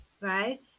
right